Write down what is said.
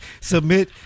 submit